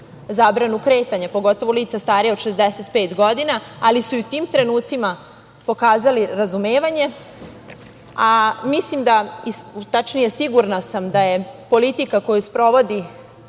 zabranu kretanja, pogotovo lica starija od 65 godina, ali su i u tim trenucima pokazali razumevanje, a mislim da, tačnije sigurna sam, da je politika koju sprovodi